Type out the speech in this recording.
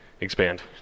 Expand